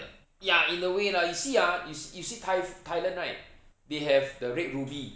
ya in a way lah you see ah you se~ you see thai~ thailand right they have the red ruby